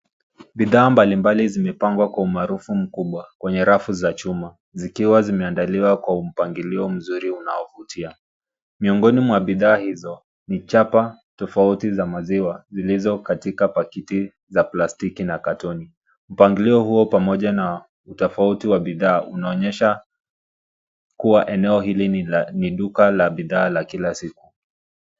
Bidhaa mbalimbali zimepangwa kwa umaarufu mkubwa kwenye rafu za chuma zikiwa zimeandaliwa kwa mpangilio mzuri unaovutia. Miongoni mwa bidhaa hizo ni chapa tofauti za maziwa zilizo katika pakiti za plastiki na katoni. Mpangilio huo pamoja na utofauti wa bidhaa unaonyesha kuwa eneo hili ni duka la bidhaa la kila siku.